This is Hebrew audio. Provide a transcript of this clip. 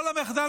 אחד לא התפטר.